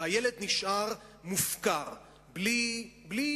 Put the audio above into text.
והילד נשאר מופקר, בלי